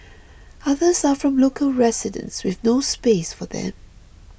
others are from local residents with no space for them